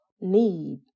need